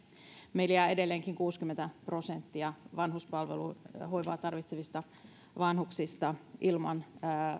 meille jää edelleenkin kuusikymmentä prosenttia hoivaa tarvitsevista vanhuksista ilman